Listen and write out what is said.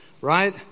Right